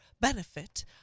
benefit